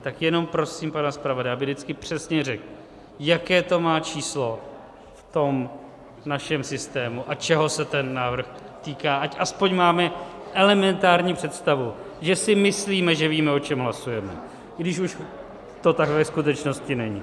Tak jenom prosím pana zpravodaje, aby vždycky přesně řekl, jaké to má číslo v tom našem systému a čeho se ten návrh týká, ať aspoň máme elementární představu, že si myslíme, že víme, o čem hlasujeme, i když už to tak ve skutečnosti není.